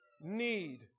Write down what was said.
need